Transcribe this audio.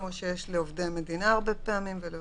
כמו שיש הרבה פעמים לעובדי מדינה ולעוד.